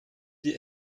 die